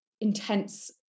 intense